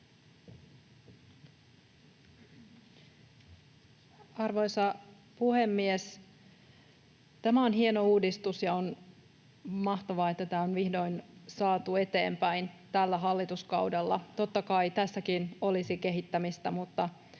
Arvoisa puhemies! Tämä on hieno uudistus, ja on mahtavaa, että tämä on vihdoin saatu eteenpäin tällä hallituskaudella. Totta kai tässäkin olisi kehittämistä, mutta